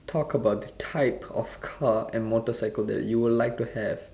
talk about the type of car and motorcycle that you would like to have